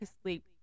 asleep